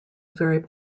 very